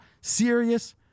Serious